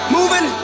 Moving